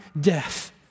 death